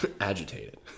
agitated